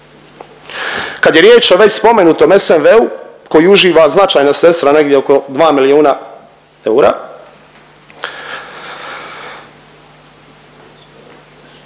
Kad je riječ o već spomenutom SNV koji uživa značajna sredstva, negdje oko 2 miliona eura